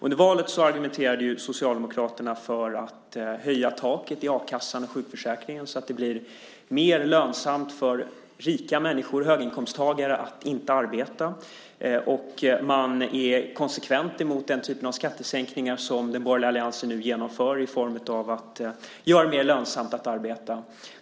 Under valet argumenterade Socialdemokraterna för att höja taket i a-kassan och sjukförsäkringen så att det blir mer lönsamt för rika människor, höginkomsttagare, att inte arbeta. Man är konsekvent emot den typ av skattesänkningar som den borgerliga alliansen nu genomför i form av att göra det mer lönsamt att arbeta.